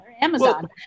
Amazon